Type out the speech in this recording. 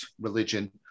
religion